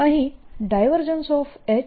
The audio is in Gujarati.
અહીં